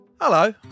Hello